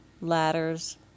ladders